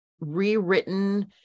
rewritten